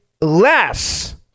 less